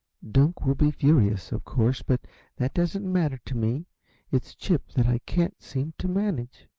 dunk will be furious, of course, but that doesn't matter to me it's chip that i can't seem to manage.